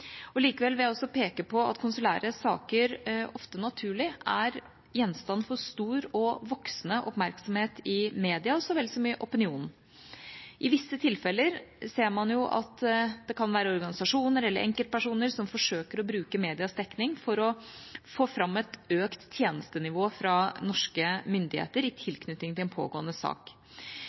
likt. Likevel vil jeg også peke på at konsulære saker ofte naturlig er gjenstand for stor og voksende oppmerksomhet i media så vel som i opinionen. I visse tilfeller ser man at det kan være organisasjoner eller enkeltpersoner som forsøker å bruke medias dekning for å få fram et økt tjenestenivå fra norske myndigheter i tilknytning til en pågående sak.